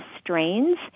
strains